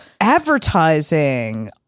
advertising